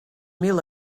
mil